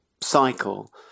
cycle